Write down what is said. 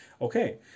Okay